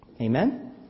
Amen